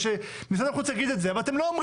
או שמשרד החוץ יגיד את זה,